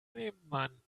nebenmann